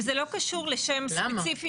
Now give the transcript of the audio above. וזה לא קשור לשם ספציפי.